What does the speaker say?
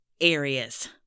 areas